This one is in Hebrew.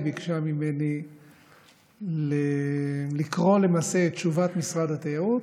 היא ביקשה ממני לקרוא למעשה את תשובת משרד התיירות,